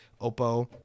oppo